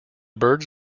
birds